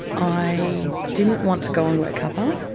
i didn't want to go on workcover